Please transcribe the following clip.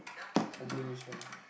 conversation